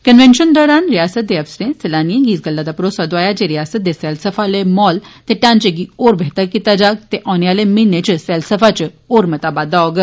convention दौरान रियासत दे अफसरें सैलानिएं गी इस गल्ला दा भरोसा दोआया जे सियासता दे सैलसफा आले माहौल ते ढांचे गी होर बेहतर कीता जाग ते ओने आले म्हीनें इच सैलसफा इच होर मता बाद्दा होग